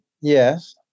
Yes